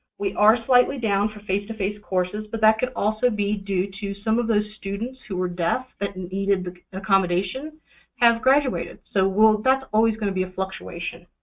we are slightly down for face-to-face courses, but that could also be due to some of the students who are deaf that needed accommodations have graduated. so that's always going to be a fluctuation.